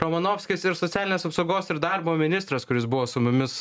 romanovskis ir socialinės apsaugos ir darbo ministras kuris buvo su mumis